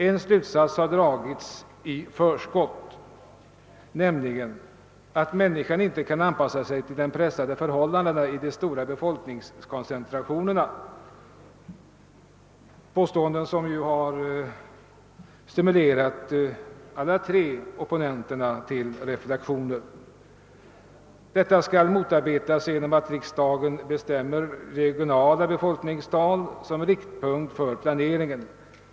En slutsats har dragits i förskott, nämligen att människan inte kan anpassa sig till de pressande förhållandena i de stora befolkningskoncentrationerna — ett påstående som ju har stimulerat alla tre oppositionspartierna till reflexioner. Denna utveckling skall motarbetas genom att riksdagen bestämmer regionala befolkningstal som riktpunkt för planeringen.